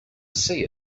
see